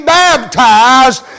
baptized